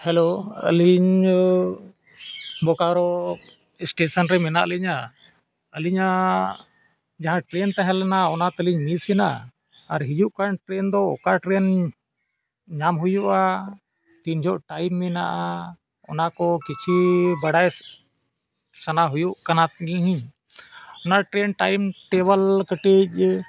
hello ᱟᱹᱞᱤᱧ Bokaro station ᱨᱮ ᱢᱮᱱᱟᱜ ᱞᱤᱧᱟᱹ ᱟᱹᱞᱤᱧᱟᱜ ᱡᱟᱦᱟᱸ ᱴᱨᱮᱱ ᱛᱟᱦᱮᱸ ᱞᱮᱱᱟ ᱚᱱᱟ ᱛᱟᱞᱤᱧ ᱢᱤᱥ ᱮᱱᱟ ᱟᱨ ᱦᱤᱡᱩᱜ ᱠᱟᱱ ᱴᱨᱮᱱ ᱫᱚ ᱚᱠᱟ ᱴᱨᱮᱱ ᱧᱟᱢ ᱦᱩᱭᱩᱜᱼᱟ ᱛᱤᱱ ᱡᱚᱦᱚᱜ ᱴᱟᱭᱤᱢ ᱢᱮᱱᱟᱜᱼᱟ ᱚᱱᱟ ᱠᱚ ᱠᱤᱪᱷᱩ ᱵᱟᱰᱟᱭ ᱥᱟᱱᱟ ᱦᱩᱭᱩᱜ ᱠᱟᱱᱟ ᱛᱟᱞᱤᱧ ᱚᱱᱟ ᱴᱨᱮᱱ ᱴᱟᱭᱤᱢ ᱴᱮᱵᱚᱞ ᱠᱟᱹᱴᱤᱡ